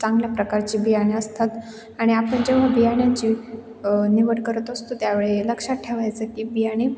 चांगल्या प्रकारची बियाणे असतात आणि आपण जेव्हा बियाण्याची निवड करत असतो त्यावेळी लक्षात ठेवायचं की बियाणे